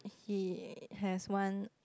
he has one